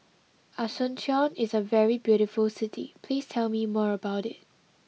Asuncion is a very beautiful city please tell me more about it